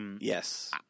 Yes